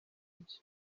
ibyo